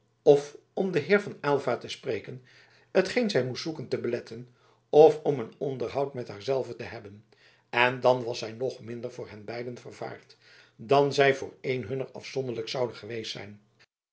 f om den heer van aylva te spreken t geen zij moest zoeken te beletten f om een onderhoud met haar zelve te hebben en dan was zij nog minder voor hen beiden vervaard dan zij voor een hunner afzonderlijk zoude geweest zijn